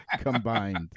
Combined